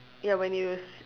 ya when you